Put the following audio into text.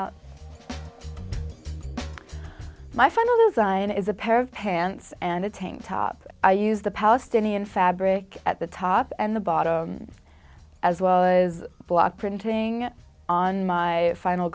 design is a pair of pants and a tank top i use the palestinian fabric at the top and the bottom as well as block printing on my final